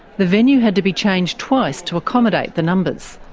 the venue had to be changed twice to accommodate the numbers.